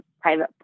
private